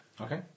Okay